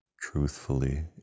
truthfully